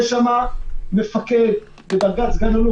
יש בכל מלון מפקד בדרגת סא"ל,